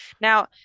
now